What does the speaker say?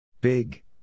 Big